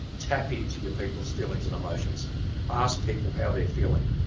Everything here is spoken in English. tap into your people's feelings and emotions ask people how they're feeling,